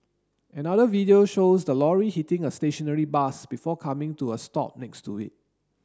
another video shows the lorry hitting a stationary bus before coming to a stop next to it